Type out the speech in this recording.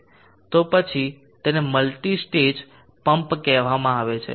તો પછી તેને મલ્ટી સ્ટેજ પમ્પ કહેવામાં આવે છે